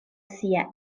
sia